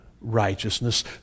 righteousness